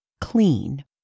clean